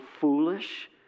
foolish